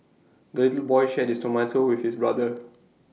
the little boy shared his tomato with his brother